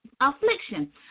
affliction